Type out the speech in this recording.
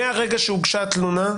מהרגע שבו הוגשה התלונה,